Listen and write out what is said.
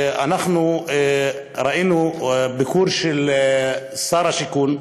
אנחנו ראינו ביקור של שר השיכון,